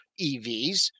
EVs